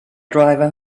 driver